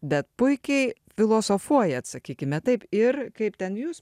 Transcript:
bet puikiai filosofuojat sakykime taip ir kaip ten jūs